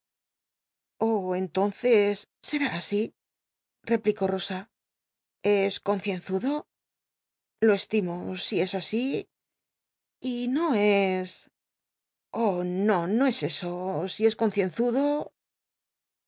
entonces ser i asi replicó llosa es concienzudo lo estimo si es así y no es i oh no no es eso si es concienzudo